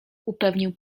upewnił